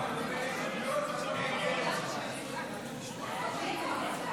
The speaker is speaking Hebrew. כבוד האדם וחירותו (תיקון,